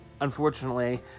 unfortunately